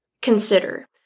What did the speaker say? consider